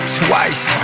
twice